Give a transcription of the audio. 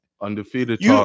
undefeated